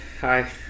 Hi